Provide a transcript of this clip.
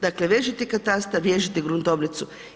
Dakle, vežete katastar, vežete gruntovnicu.